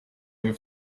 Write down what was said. have